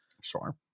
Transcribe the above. sure